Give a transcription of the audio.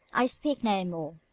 i speak no more.